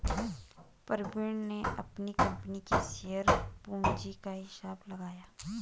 प्रवीण ने अपनी कंपनी की शेयर पूंजी का हिसाब लगाया